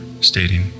stating